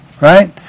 right